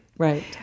Right